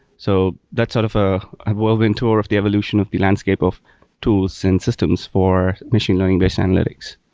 so that's sort of a whirlwind tour of the evolution of the landscape of tools and systems for machine learning based analytics.